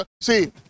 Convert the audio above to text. See